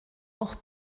auch